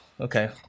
Okay